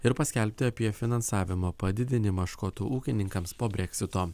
ir paskelbti apie finansavimo padidinimą škotų ūkininkams po breksito